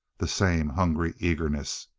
the same hungry eagerness.